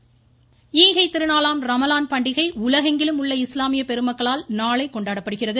ரமலான் வாழ்த்து ஈகைத்திருநாளாம் ரம்ஸான் பண்டிகை உலகெங்கிலும் உள்ள இஸ்லாமிய பெருமக்களால் நாளை கொண்டாடப்படுகிறது